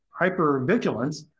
hypervigilance